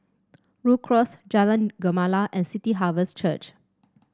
Rhu Cross Jalan Gemala and City Harvest Church